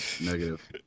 negative